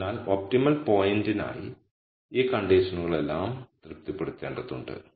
അതിനാൽ ഒപ്റ്റിമൽ പോയിന്റിനായി ഈ കണ്ടീഷൻകളെല്ലാം തൃപ്തിപ്പെടുത്തേണ്ടതുണ്ട്